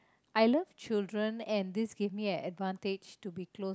I love children and this give me an advantage to be close